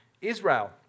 Israel